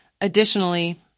Additionally